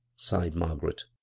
sighed margaret,